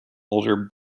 older